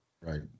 Right